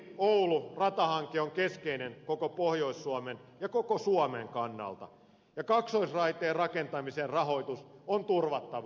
seinäjokioulu ratahanke on keskeinen koko pohjois suomen ja koko suomen kannalta ja kaksoisraiteen rakentamisen rahoitus on turvattava